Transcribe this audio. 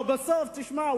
ובסוף הוא אמר לו: תשמע,